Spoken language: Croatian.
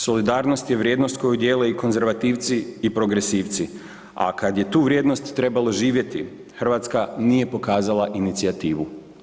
Solidarnost je vrijednost koju dijele i konzervativci i progresivci, a kada je tu vrijednost trebalo živjeti Hrvatska nije pokazala inicijativu.